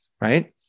right